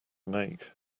make